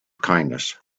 kindness